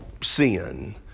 sin